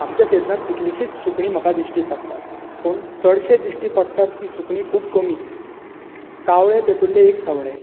आमच्या क्षेत्रांत कितलिंशींच सुकणी म्हाका दिश्टीं पडटां पूण चडशीं दिश्टीं पडटा ती सुकणीं खूब कमी कावळे तातूंले एक सवणें